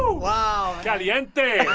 wow caliente.